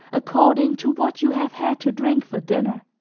according to what you have had to drink for dinner.